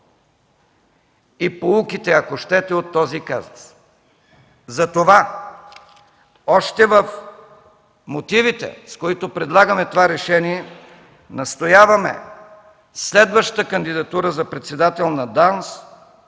и поуките ако щете от този казус. Затова още в мотивите, с които предлагаме това решение, настояваме следващата кандидатура за председател на ДАНС